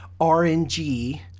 RNG